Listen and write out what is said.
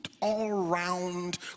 all-round